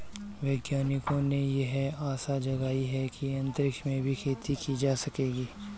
वैज्ञानिकों ने यह आशा जगाई है कि अंतरिक्ष में भी खेती की जा सकेगी